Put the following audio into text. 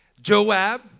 Joab